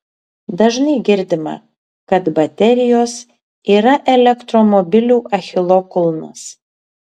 dažnai girdima kad baterijos yra elektromobilių achilo kulnas